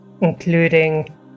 including